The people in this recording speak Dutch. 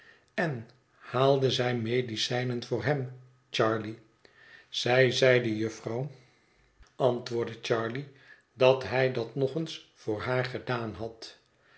en haalde zij medicijnen voor hem charley zij zeide jufvrouw antwoordde charley dat hij dat ook eens voor haar gedaan had